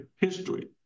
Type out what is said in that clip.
history